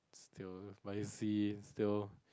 still by sea still